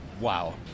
wow